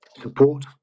support